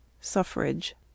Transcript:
Suffrage